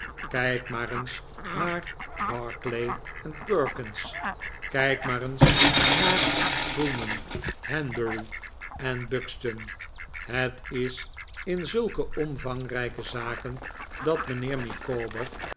kijk maar eens naar barclay en perkins kijk maar eens naar truman hanbury en buxton het is in zulke omvangrijke zaken dat mijnheer micawber